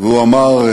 והוא אמר,